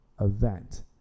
event